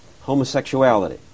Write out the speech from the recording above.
Homosexuality